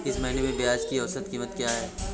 इस महीने में प्याज की औसत कीमत क्या है?